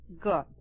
good